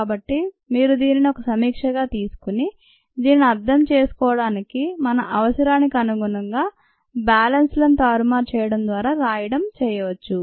కాబట్టి మీరు దీనిని ఒక సమీక్షగా తీసుకొని దీనిని అర్థం చేసుకోవడానికి మన అవసరానికి అనుగుణంగా బ్యాలెన్స్ లను తారుమారు చేయడం లేదా రాయడం చేయవచ్చు